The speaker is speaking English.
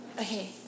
Okay